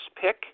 pick